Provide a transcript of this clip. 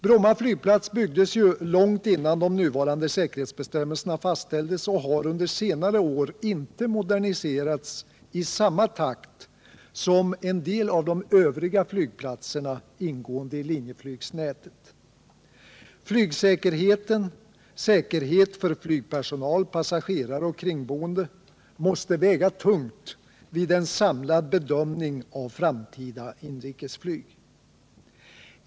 Bromma flygplats byggdes ju långt innan de nuvarande säkerhetsbestämmelserna fastställdes och har under senare år inte moderniserats i samma takt som övriga flygplatser ingående i linjeflygsnätet. Flygsäkerheten, säkerhet för flygpersonal, passagerare och kringboende måste väga tungt vid en samlad bedömning av framtida inrikesflyg.